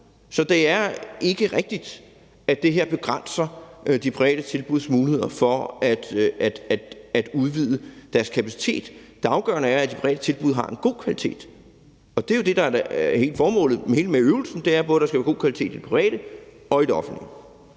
Så det er ikke rigtigt, at det her begrænser de private tilbuds muligheder for at udvide deres kapacitet. Det afgørende er, at de private tilbud har en god kvalitet. Det er jo det, der hele formålet med øvelsen: Der skal være god kvalitet både i det private og i det offentlige.